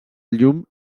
llum